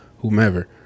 whomever